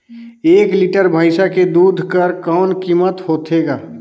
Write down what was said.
एक लीटर भैंसा के दूध कर कौन कीमत होथे ग?